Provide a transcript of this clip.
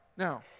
Now